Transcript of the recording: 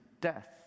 death